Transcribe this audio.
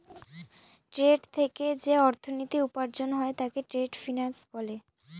trade থেকে যে অর্থনীতি উপার্জন হয় তাকে ট্রেড ফিন্যান্স বলে